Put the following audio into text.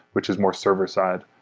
which is more server-side.